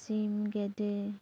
ᱥᱤᱢ ᱜᱮᱰᱮ